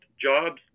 jobs